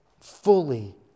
fully